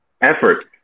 effort